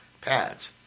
pads